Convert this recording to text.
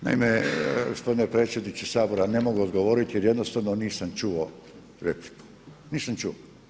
Naime, gospodine predsjedniče Sabora ne mogu odgovoriti jer jednostavno nisam čuo repliku, nisam čuo.